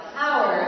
power